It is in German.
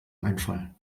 einfall